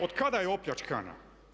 Od kada je opljačkana?